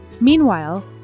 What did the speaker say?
Meanwhile